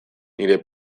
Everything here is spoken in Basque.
nire